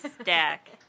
stack